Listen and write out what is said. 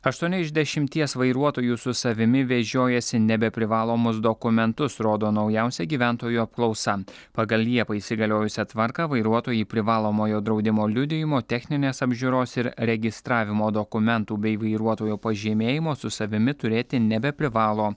aštuoni iš dešimties vairuotojų su savimi vežiojasi nebeprivalomus dokumentus rodo naujausia gyventojų apklausa pagal liepą įsigaliojusią tvarką vairuotojai privalomojo draudimo liudijimo techninės apžiūros ir registravimo dokumentų bei vairuotojo pažymėjimo su savimi turėti nebeprivalo